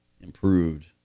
improved